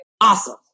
awesome